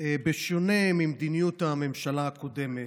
בשונה ממדיניות הממשלה הקודמת,